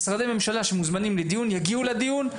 משרדי ממשלה שמוזמנים לדיון יגיעו לדיון.